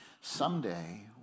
someday